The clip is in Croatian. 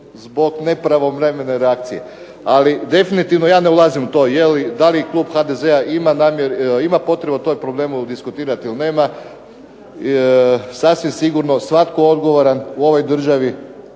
zbog nepravovremene reakcije. Ali definitivno ja ne ulazim u to je li, da li klub HDZ-a ima potrebu o tom problemu diskutirati ili nema, sasvim sigurno svatko odgovoran u ovoj državi